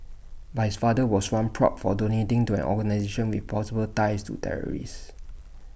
but his father was one pro for donating to an organisation with possible ties to terrorists